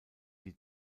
die